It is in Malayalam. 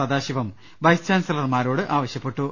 സദാശിവം വൈസ് ചാൻസലർമാരോട് ആവശ്യപ്പെട്ടു